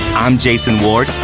i'm jason ward.